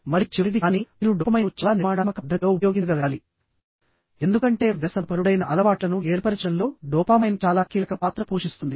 మరియు చివరిది కాని మీరు డోపమైన్ను చాలా నిర్మాణాత్మక పద్ధతిలో ఉపయోగించగలగాలి ఎందుకంటే వ్యసనపరుడైన అలవాట్లను ఏర్పరచడంలో డోపామైన్ చాలా కీలక పాత్ర పోషిస్తుంది